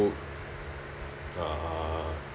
go uh